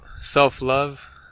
self-love